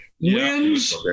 Wins